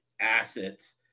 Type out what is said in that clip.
assets